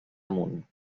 amunt